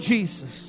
Jesus